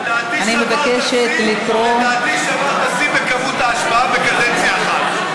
לדעתי שברת שיא במספר ההשבעות בקדנציה אחת.